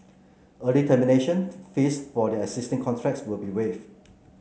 early termination fees for their existing contracts will be waived